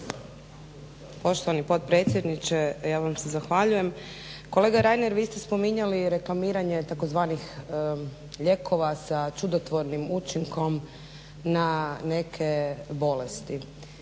Poštovani potpredsjedniče, ja vam se zahvaljujem. Kolega Reiner vi ste spominjali reklamiranje tzv. lijekova sa čudotvornim učinkom na neke bolesti